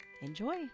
enjoy